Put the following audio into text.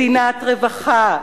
מדינת רווחה,